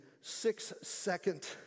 Six-second